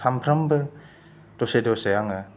सामफ्रामबो दसे दसे आङो